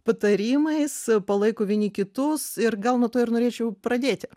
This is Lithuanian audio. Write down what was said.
patarimais palaiko vieni kitus ir gal nuo to ir norėčiau pradėti